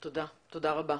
תודה רבה.